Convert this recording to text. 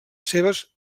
seues